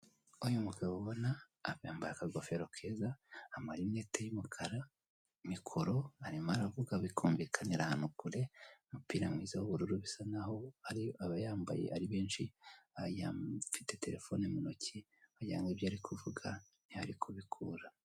Uyu mugabo ubona yambaye akagofero, amarinete y'umukara, mikoro arimo aravuga bikumvikanira kure umupira mwiza w'ubururu bisa nkaho abayambaye ari benshi afite telefone mu ntoki wagira ngo ibyo ari kuvuga niho ari kubikura.